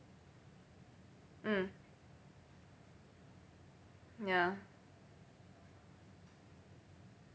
mm ya